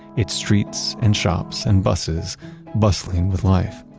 its streets and shops and busses bustling with life.